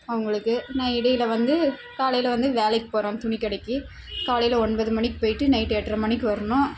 அவங்களுக்கு நான் இடையில் வந்து காலையில் வந்து வேலைக்கு போகிறேன் துணி கடைக்கு காலையில் ஒன்பது மணிக்கு போயிட்டு நைட்டு எட்ரை மணிக்கு வரணும்